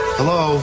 Hello